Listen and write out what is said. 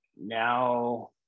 now